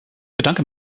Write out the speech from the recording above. bedanke